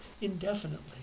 indefinitely